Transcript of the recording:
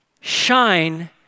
shine